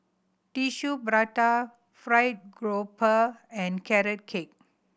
Tissue Prata fried grouper and Carrot Cake